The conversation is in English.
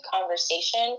conversation